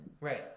Right